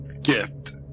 gift